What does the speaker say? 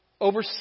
Over